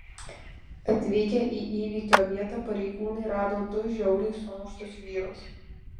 atvykę į įvykio vietą pareigūnai rado du žiauriai sumuštus vyrus